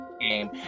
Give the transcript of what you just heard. Game